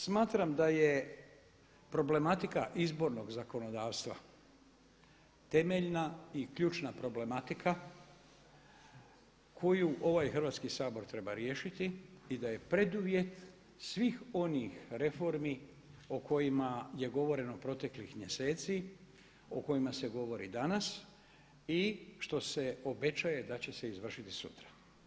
Smatram da je problematika izbornog zakonodavstva temeljna i ključna problematika koju ovaj Hrvatski sabor treba riješiti i da je preduvjet svih onih reformi o kojima je govoreno proteklih mjeseci o kojima se govori danas i što se obećaje da će se izvršiti sutra.